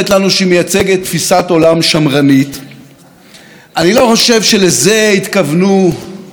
אני לא חושב שלזה התכוונו ברק והאייק ורוג'ר סקרוטון וכל